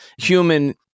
human